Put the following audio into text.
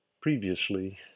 Previously